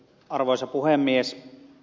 arvoisa puhemies